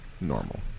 normal